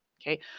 Okay